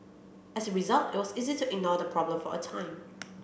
as result it was easy to ignore the problem for a time